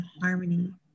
harmony